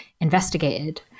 investigated